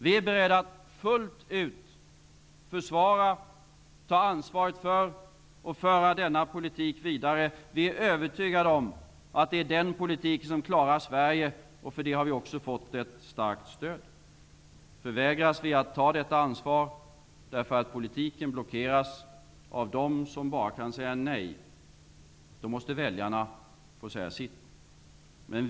Vi är beredda att fullt ut försvara, ta ansvaret för och föra denna politik vidare. Vi är övertygade om att det är denna politik som klarar Sverige, och för det har vi också fått ett starkt stöd. Förvägras vi att ta detta ansvar, därför att politiken blockeras av dem som bara kan säga nej, måste väljarna få säga sitt.